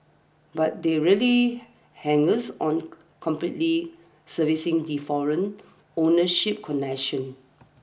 but they really hangers on completely servicing the foreign ownership connection